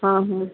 ಹಾಂ ಹ್ಞೂ